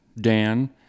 Dan